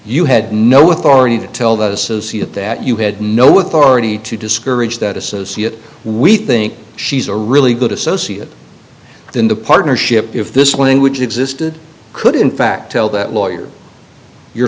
you had no authority to tell the associate that you had no authority to discourage that associate we think she's a really good associate in the partnership if this language existed could in fact tell that lawyer you're